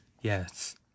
yes